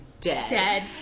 dead